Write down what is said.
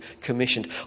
commissioned